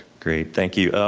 great, thank you.